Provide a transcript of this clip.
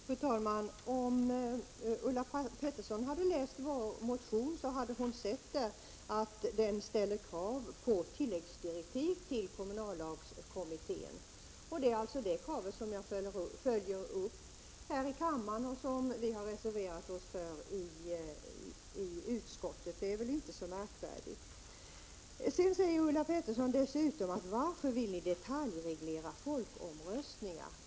Fru talman! Om Ulla Pettersson hade läst vår motion hade hon sett att vi ställer krav på tilläggsdirektiv till kommunallagskommittén. Det är alltså det kravet som jag följer upp här i kammaren. Det är det kravet som vi reserverat oss till förmån för i utskottet. Det är väl inte så märkvärdigt! Ulla Pettersson sade dessutom: Varför vill ni detaljreglera folkomröstningar?